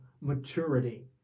maturity